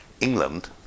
England